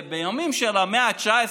בימים של המאה ה-19,